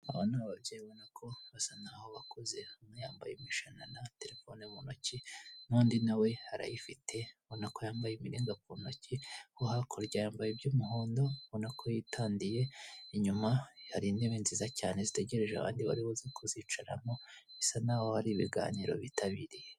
Aba ababyeyi ubona ko basa nkaho bakuze, hamwe yambaye imishanana, telefone mu ntoki, n'undi nawe arayifite ubona ko yambaye imiringa ku ntoki, uwo hakurya yambaye iby'umuhondo ubona ko yitambiye, inyuma hari intebe nziza cyane zitegereje abandi bari ba kuzicaramo, bisa naho hari ibiganiro bitabiriye.